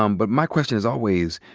um but my question, as always,